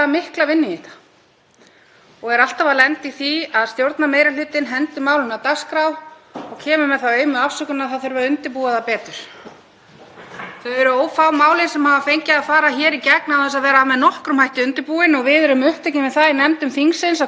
Þau eru ófá málin sem hafa fengið að fara í gegn án þess að vera með nokkrum hætti undirbúin. Við erum upptekin við það í nefndum þingsins, á hverjum degi liggur við, að laga illa búin mál aftur og aftur. En þetta mál er búið að vera til umræðu síðan 2015,